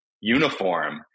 uniform